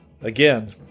Again